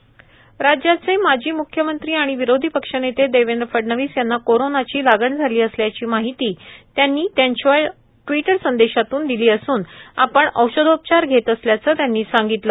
Fadnavis corona लागण राज्याचे माजी म्ख्यमंत्री आणि विरोधीपक्ष नेते देवेंद्र फडणवीस यांना कोरोंनाची लागण झाली असल्याची माहिती त्यांनी त्यांच्या ट्विटर संदेशातून दिली असून आपण औषधोपचार घेत असल्याचे त्यांनी सांगितले